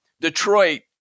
Detroit